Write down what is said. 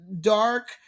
Dark